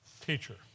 teacher